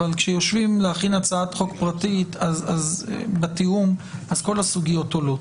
אבל כשיושבים להכין הצעת חוק פרטית אז זה בתיאום כל הסוגיות עולות.